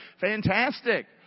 fantastic